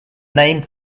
name